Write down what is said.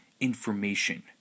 information